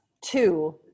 two